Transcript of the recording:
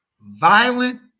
violent